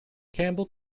campbell